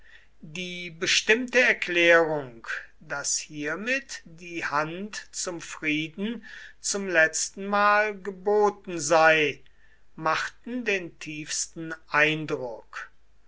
die bestimmte erklärung daß hiermit die hand zum frieden zum letztenmal geboten sei machten den tiefsten eindruck